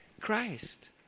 Christ